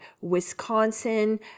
Wisconsin